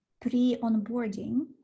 pre-onboarding